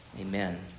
Amen